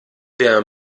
der